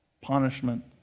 punishment